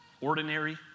Ordinary